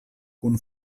kun